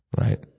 Right